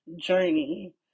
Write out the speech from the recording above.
journey